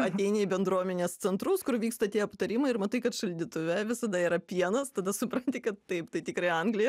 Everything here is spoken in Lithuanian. ateini į bendruomenės centrus kur vyksta tie aptarimai ir matai kad šaldytuve visada yra pienas tada supranti kad taip tai tikrai anglija